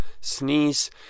sneeze